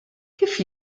kif